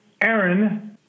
Aaron